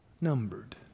numbered